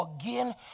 again